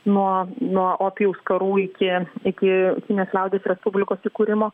nuo nuo opijaus karų iki iki kinijos liaudies respublikos įkūrimo